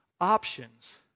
options